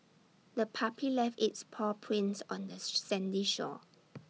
the puppy left its paw prints on this sandy shore